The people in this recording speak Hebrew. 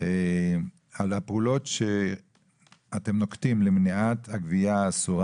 על הפעולות שאתם נוקטים למניעת הגבייה האסורה